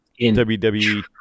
WWE